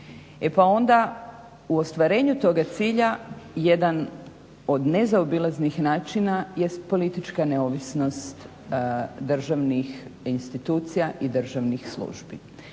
E pa onda u ostvarenju toga cilja jedan od nezaobilaznih načina jest politička neovisnost državnih institucija i državnih službi